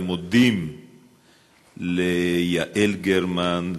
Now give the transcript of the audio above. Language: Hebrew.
ומודים ליעל גרמן,